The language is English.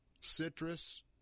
citrus